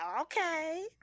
Okay